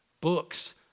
books